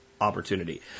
opportunity